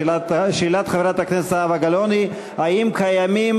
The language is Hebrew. שאלת חברת הכנסת זהבה גלאון היא האם קיימים